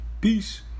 Peace